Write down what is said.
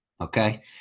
Okay